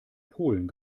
polen